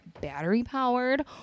battery-powered